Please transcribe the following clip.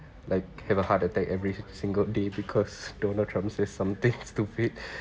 like have a heart attack every single day because donald trump says something stupid